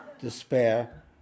despair